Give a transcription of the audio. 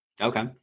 Okay